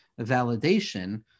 validation